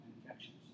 infections